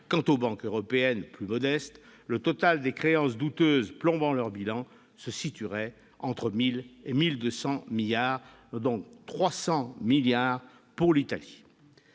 Quant aux banques européennes plus modestes, le total des créances douteuses plombant leurs bilans se situerait entre 1 000 milliards et 1 200 milliards d'euros, dont 300 milliards pour l'Italie.